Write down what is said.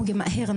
הן אמרו לי: מהר,